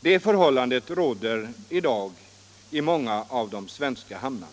Det förhållandet råder i dag i många av de svenska hamnarna.